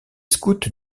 scouts